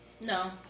No